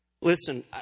listen